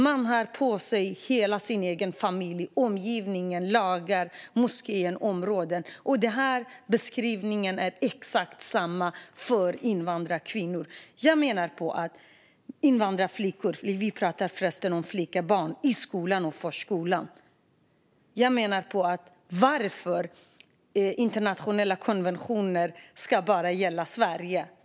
Man har hela sin egen familj, omgivningen, lagar, moskén och området på sig. Beskrivningen är exakt densamma för invandrarkvinnor och invandrarflickor - vi pratar förresten om flickebarn - i skolan och förskolan. Varför ska internationella konventioner bara gälla Sverige?